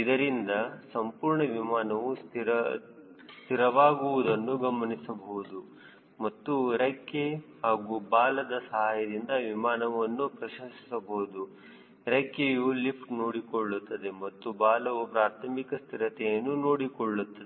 ಇದರಿಂದ ಸಂಪೂರ್ಣ ವಿಮಾನವು ಸ್ಥಿರವಾಗುವುದನ್ನು ಗಮನಿಸಬಹುದು ಮತ್ತು ರೆಕ್ಕೆ ಹಾಗೂ ಬಾಲದ ಸಹಾಯದಿಂದ ವಿಮಾನವನ್ನು ಪ್ರಶಂಸಿಸಬಹುದು ರೆಕ್ಕೆಯು ಲಿಫ್ಟ್ ನೋಡಿಕೊಳ್ಳುತ್ತದೆ ಮತ್ತು ಬಾಲವು ಪ್ರಾರ್ಥಮಿಕ ಸ್ಥಿರತೆಯನ್ನು ನೋಡಿಕೊಳ್ಳುತ್ತದೆ